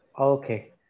Okay